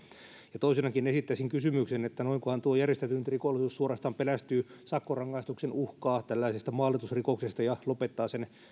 ja toisenakin esittäisin kysymyksen että noinkohan tuo järjestäytynyt rikollisuus suorastaan pelästyy sakkorangaistuksen uhkaa tällaisesta maalitusrikoksesta ja lopettaa sen